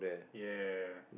ya